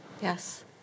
Yes